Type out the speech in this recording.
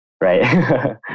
Right